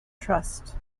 trust